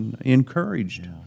encouraged